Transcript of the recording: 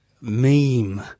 meme